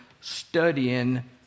studying